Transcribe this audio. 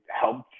helped